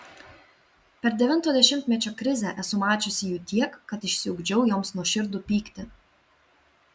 per devinto dešimtmečio krizę esu mačiusi jų tiek kad išsiugdžiau joms nuoširdų pyktį